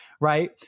Right